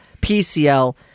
PCL